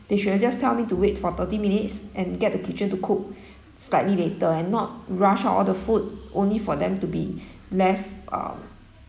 they should have just tell me to wait for thirty minutes and get the kitchen to cook slightly later and not rush all the food only for them to be left uh